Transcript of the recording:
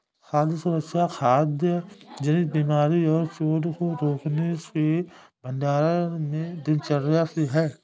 खाद्य सुरक्षा खाद्य जनित बीमारी और चोट को रोकने के भंडारण में दिनचर्या से है